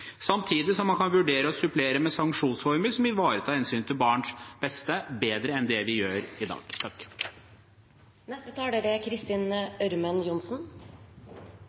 samtidig som man kan vurdere å supplere med sanksjonsformer som ivaretar hensynet til barns beste bedre enn det vi gjør i dag.